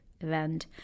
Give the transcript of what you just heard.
event